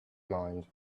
mind